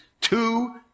Two